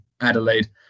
Adelaide